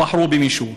בחרו במישהו.